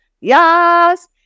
Yes